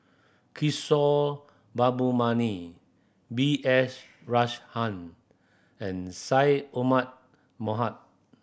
Kishore Mahbubani B S Rajhans and Syed Omar Mohamed